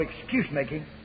excuse-making